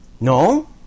No